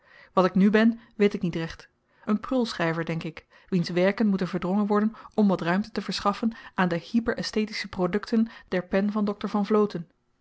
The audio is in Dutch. wat ik nu ben weet ik niet recht een prulschryver denk ik wiens werken moeten verdrongen worden om wat ruimte te verschaffen aan de hyperaesthetische produkten der pen van dr v vl